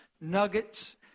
nuggets